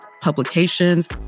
publications